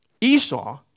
Esau